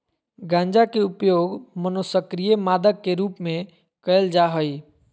गंजा के उपयोग मनोसक्रिय मादक के रूप में कयल जा हइ